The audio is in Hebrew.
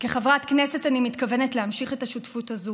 כחברת כנסת אני מתכוונת להמשיך את השותפות הזאת